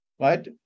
Right